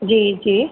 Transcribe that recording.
जी जी